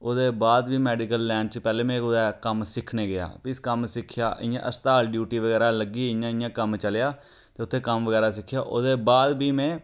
ओह्दे बाद बी मैडिकल लैन च पैह्लें में कुदै कम्म सिक्खने गी गेआ फ्ही कम्म सिक्खेआ इयां अस्पताल ड्यूटी बगैरा लग्गी इ'यां इयां कम्म चलेआ ते उत्थें कम्म बगैरा सिक्खेआ ओह्दे बाद फ्ही में